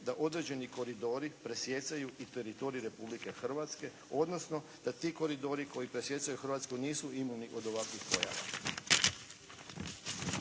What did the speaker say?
da određeni koridori presjecaju i teritorij Republike Hrvatske, odnosno da ti koridori koji presjecaju Hrvatsku nisu imuni od ovakvih pojava.